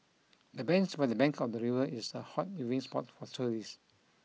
the bench by the bank of the river is a hot viewing spot for tourists